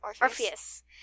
Orpheus